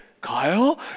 Kyle